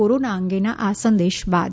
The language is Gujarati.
કોરોના અંગેના આ સંદેશ બાદ